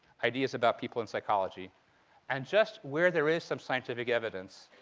ideas about people in psychology and just where there is some scientific evidence,